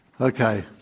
Okay